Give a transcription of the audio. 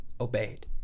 obeyed